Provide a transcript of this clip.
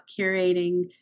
curating